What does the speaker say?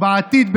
ובעתיד,